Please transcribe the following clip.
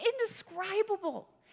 indescribable